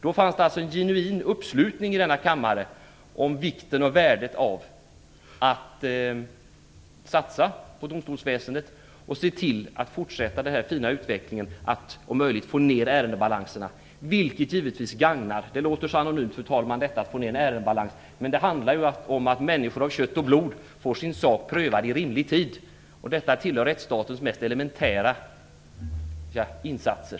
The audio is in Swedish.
Då fanns alltså en genuin uppslutning i denna kammare om vikten och värdet av att satsa på domstolsväsendet och se till att fortsätta den fina utvecklingen att om möjligt få ned ärendebalanserna. Det låter så anonymt med ärendebalanser, fru talman, men det handlar om att människor av kött och blod får sin sak prövad i rimlig tid. Detta tillhör rättsstatens mest elementära insatser.